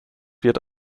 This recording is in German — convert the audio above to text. wird